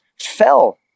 fell